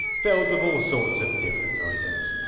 filled with all sorts of different items.